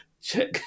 check